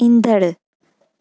ईंदड़ु